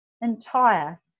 entire